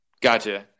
Gotcha